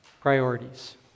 priorities